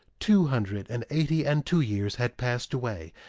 two hundred and eighty and two years had passed away,